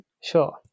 sure